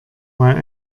weil